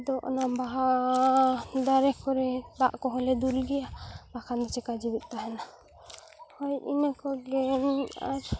ᱟᱫᱚ ᱚᱱᱟ ᱵᱟᱦᱟ ᱫᱟᱨᱮ ᱠᱚᱨᱮ ᱫᱟᱜ ᱠᱚᱦᱚᱸᱞᱮ ᱫᱩᱞ ᱜᱮᱭᱟ ᱵᱟᱠᱷᱟᱱ ᱪᱮᱠᱟ ᱡᱮᱣᱮᱫ ᱛᱟᱦᱮᱱᱟ ᱦᱳᱭ ᱤᱱᱟᱹ ᱠᱚᱜᱮ ᱟᱨ